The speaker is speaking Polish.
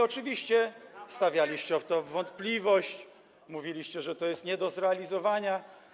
Oczywiście podawaliście to w wątpliwość, mówiliście, że to jest nie do zrealizowania.